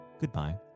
goodbye